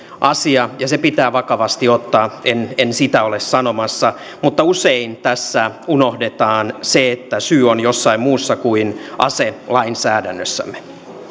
asia ja se pitää vakavasti ottaa en en sitä ole sanomassa mutta usein tässä unohdetaan se että syy on jossain muussa kuin aselainsäädännössämme